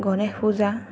Ganesh Puja